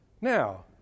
Now